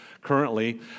currently